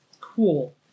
Cool